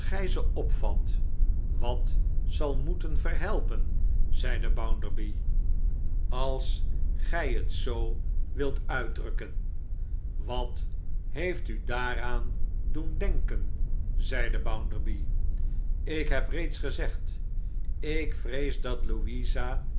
ze opvat wat zal moeten verhelpen zeide bounderby als gij het zoo wilt uitdrukken wat heeft u daaraan doen denken zeide bounderby ik heb reeds gezegd ik vrees dat louisa